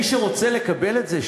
מי שרוצה לקבל את זה,